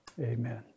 Amen